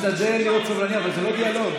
אני משתדל להיות סובלני, אבל זה לא דיאלוג.